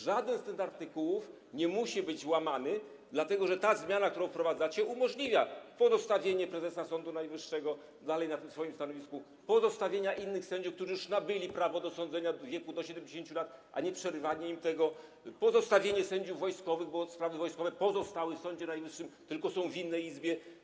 Żaden z tych artykułów nie musi być łamany, dlatego że ta zmiana, którą wprowadzacie, umożliwia pozostawienie prezesa Sądu Najwyższego dalej na tym jego stanowisku, pozostawienie innych sędziów, którzy już nabyli prawo do sądzenia, w wieku do 70 lat, a nie przerywanie im tego, pozostawienie sędziów wojskowych, bo sprawy wojskowe pozostały w Sądzie Najwyższym, tylko są w innej izbie.